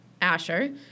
Asher